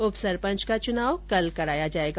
उपसरपंच का चुनाव कल कराया जायेगा